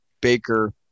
Baker –